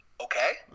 Okay